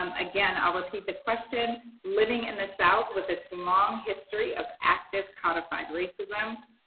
um again, i'll repeat the question. living in the south with its long history of active codified racism,